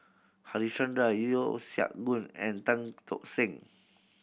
Harichandra Yeo Siak Goon and Tan Tock San